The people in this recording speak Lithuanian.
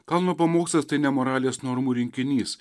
kalno pamokslas tai ne moralės normų rinkinys